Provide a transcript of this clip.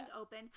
open